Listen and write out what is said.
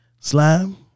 slime